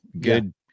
good